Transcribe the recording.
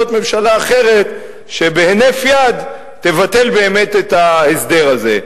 ממשלה אחרת שבהינף יד תבטל את ההסדר הזה.